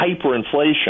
hyperinflation